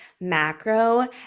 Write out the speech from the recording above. macro